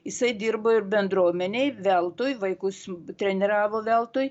jisai dirbo ir bendruomenei veltui vaikus treniravo veltui